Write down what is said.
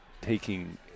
taking